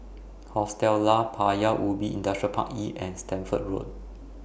Hostel Lah Paya Ubi Industrial Park E and Stamford Road